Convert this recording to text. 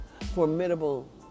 formidable